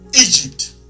Egypt